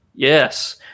Yes